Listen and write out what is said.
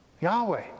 Yahweh